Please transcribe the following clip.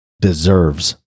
deserves